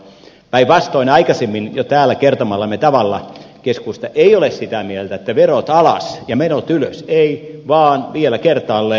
päinvastoin aikaisemmin jo täällä kertomallamme tavalla keskusta ei ole sitä mieltä että verot alas ja menot ylös ei vaan vielä kertaalleen